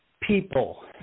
people